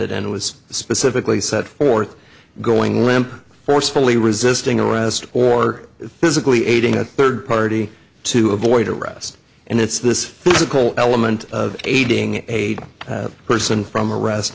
d and it was specifically set forth going limp forcefully resisting arrest or physically aiding a third party to avoid arrest and it's this physical element of aiding a person from arrest